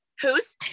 Who's-